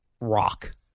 rock